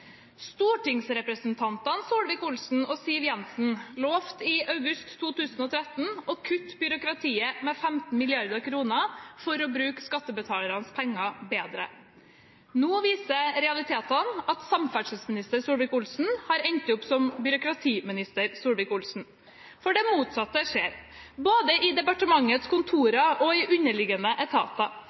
Stortingsrepresentantene Ketil Solvik-Olsen og Siv Jensen lovte i august 2013 å kutte byråkratiet med 15 mrd. kr for å bruke skattebetalernes penger bedre. Nå viser realitetene at samferdselsminister Solvik-Olsen har endt opp som byråkratiminister Solvik-Olsen, for det motsatte skjer både i departementets kontorer og i underliggende etater.